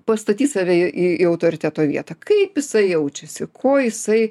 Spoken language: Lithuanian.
pastatyt save į į į autoriteto vietą kaip jisai jaučiasi ko jisai